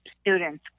students